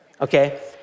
okay